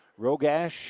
Rogash